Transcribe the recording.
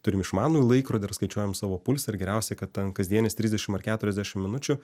turim išmanųjį laikrodį ir skaičiuojam savo pulsą ir geriausiai kad ten kasdienis trisdešimt ar keturiasdešimt minučių